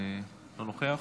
לא נוכח,